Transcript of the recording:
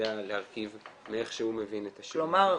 להרכיב מאיך שהוא מבין את -- כלומר,